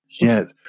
Yes